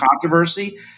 controversy